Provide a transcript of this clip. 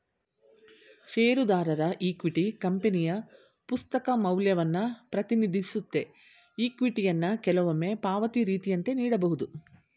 ಷೇರುದಾರರ ಇಕ್ವಿಟಿ ಕಂಪನಿಯ ಪುಸ್ತಕ ಮೌಲ್ಯವನ್ನ ಪ್ರತಿನಿಧಿಸುತ್ತೆ ಇಕ್ವಿಟಿಯನ್ನ ಕೆಲವೊಮ್ಮೆ ಪಾವತಿ ರೀತಿಯಂತೆ ನೀಡಬಹುದು